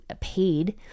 paid